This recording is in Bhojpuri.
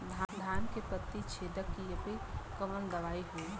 धान के पत्ती छेदक कियेपे कवन दवाई होई?